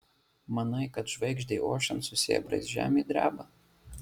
manai kad žvaigždei ošiant su sėbrais žemė dreba